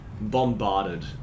bombarded